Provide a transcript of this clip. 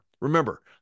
remember